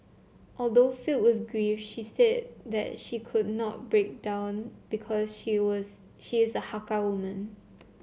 although filled with grief she said that she could not break down because she was she is a Hakka woman